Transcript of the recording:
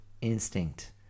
instinct